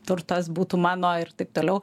turtas būtų mano ir taip toliau